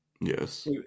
Yes